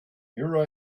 here